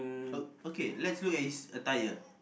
oh okay let's look at his attire